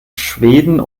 schweden